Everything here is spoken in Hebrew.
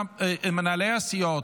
מנהלי הסיעות.